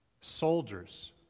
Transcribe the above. soldiers